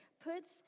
puts